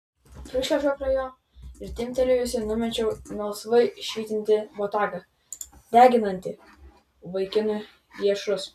prišliaužiau prie jo ir timptelėjusi numečiau melsvai švytintį botagą deginantį vaikinui riešus